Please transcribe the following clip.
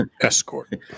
Escort